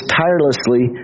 tirelessly